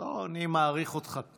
לא, אני מעריך אותך.